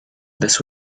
this